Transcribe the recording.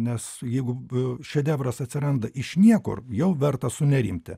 nes jeigu šedevras atsiranda iš niekur jau verta sunerimti